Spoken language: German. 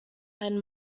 ein